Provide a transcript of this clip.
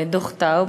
ואת דוח טאוב,